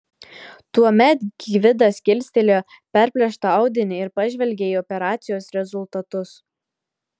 tuomet gvidas kilstelėjo perplėštą audinį ir pažvelgė į operacijos rezultatus